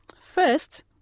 First